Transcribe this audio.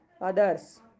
others